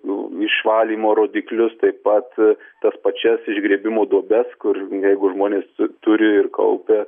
nu išvalymo rodiklius taip pat tas pačias išgrėbimo duobes kur jeigu žmonės tu turi ir kaupia